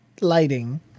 lighting